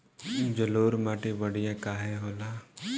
जलोड़ माटी बढ़िया काहे होला?